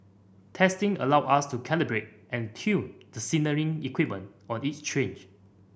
testing allows us to calibrate and tune the signalling equipment on each